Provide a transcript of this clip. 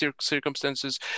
circumstances